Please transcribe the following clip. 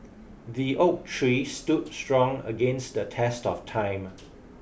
the oak tree stood strong against the test of time